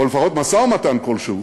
או לפחות משא-ומתן כלשהו,